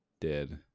dead